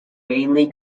mainly